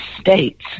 states